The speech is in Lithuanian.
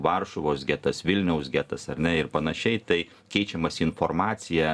varšuvos getas vilniaus getas ar ne ir panašiai tai keičiamasi informacija